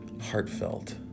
heartfelt